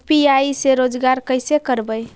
UPI से रोजगार कैसे करबय?